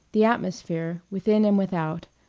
the atmosphere, within and without,